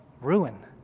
ruin